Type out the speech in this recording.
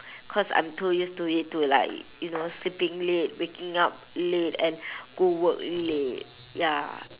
cause I'm too used to it to like you know sleeping late waking up late and go work late ya